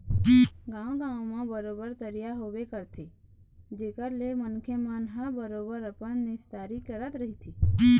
गाँव गाँव म बरोबर तरिया होबे करथे जेखर ले मनखे मन ह बरोबर अपन निस्तारी करत रहिथे